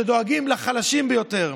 שדואגים לחלשים ביותר.